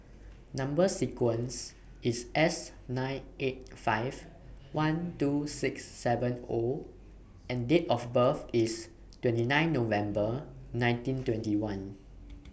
Number sequence IS S nine eight five one two six seven O and Date of birth IS twenty nine November nineteen twenty one